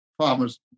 farmers